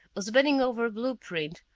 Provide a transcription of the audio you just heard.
was bending over a blueprint,